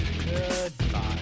Goodbye